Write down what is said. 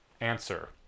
answer